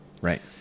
Right